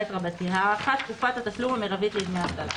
"הארכת תקופת התשלום המרבית לדמי אבטלה